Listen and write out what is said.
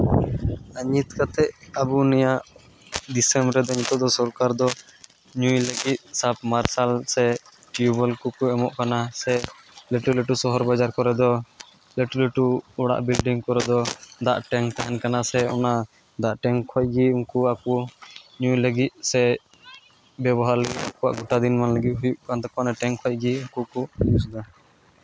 ᱟᱨ ᱱᱤᱛ ᱠᱟᱛᱮ ᱟᱵᱚ ᱱᱤᱭᱟᱹ ᱫᱤᱥᱚᱢ ᱨᱮᱫᱚ ᱱᱤᱛᱚᱜ ᱫᱚ ᱥᱚᱨᱠᱟᱨ ᱫᱚ ᱧᱩᱭ ᱞᱟᱹᱜᱤᱫ ᱥᱟᱵ ᱢᱟᱨᱥᱟᱞ ᱥᱮ ᱴᱤᱭᱩᱵᱚᱭᱮᱞ ᱠᱚ ᱮᱢᱚᱜ ᱠᱟᱱᱟ ᱥᱮ ᱞᱟᱹᱴᱩ ᱞᱟᱹᱴᱩ ᱥᱚᱦᱚᱨ ᱵᱟᱡᱟᱨ ᱠᱚᱨᱮ ᱫᱚ ᱞᱟᱹᱴᱩ ᱞᱟᱹᱴᱩ ᱚᱲᱟᱜ ᱵᱤᱞᱰᱤᱝ ᱠᱚᱨᱮ ᱫᱚ ᱫᱟᱜ ᱴᱮᱝᱠ ᱛᱟᱦᱮᱱ ᱠᱟᱱᱟ ᱥᱮ ᱚᱱᱟ ᱫᱟᱜ ᱴᱮᱝᱠ ᱠᱷᱚᱡ ᱜᱮ ᱩᱱᱠᱩ ᱟᱠᱚ ᱧᱩᱭ ᱞᱟᱹᱜᱤᱫ ᱥᱮ ᱵᱮᱵᱚᱦᱟᱨ ᱞᱟᱹᱜᱤᱫ ᱟᱠᱚᱣᱟᱜ ᱜᱚᱴᱟ ᱫᱤᱱᱢᱟᱱ ᱞᱟᱹᱜᱤᱫ ᱦᱩᱭᱩᱜ ᱠᱟᱱ ᱛᱟᱠᱚᱣᱟ ᱚᱱᱟ ᱴᱮᱝᱠ ᱠᱷᱚᱡ ᱜᱮ ᱟᱠᱚ ᱠᱚ ᱤᱭᱩᱡᱽ ᱮᱫᱟ